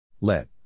Let